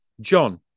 John